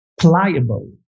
pliable